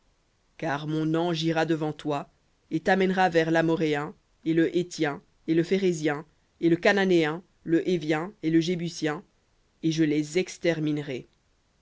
car mon ange ira devant toi et t'amènera vers l'amoréen et le héthien et le phérézien et le cananéen le hévien et le jébusien et je les exterminerai